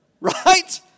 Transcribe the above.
Right